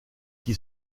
qui